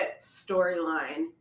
storyline